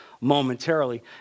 momentarily